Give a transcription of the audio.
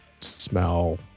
smell